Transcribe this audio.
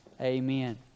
amen